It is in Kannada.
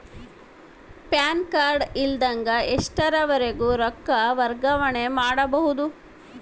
ಪ್ಯಾನ್ ಕಾರ್ಡ್ ಇಲ್ಲದ ಎಷ್ಟರವರೆಗೂ ರೊಕ್ಕ ವರ್ಗಾವಣೆ ಮಾಡಬಹುದು?